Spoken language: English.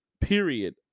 period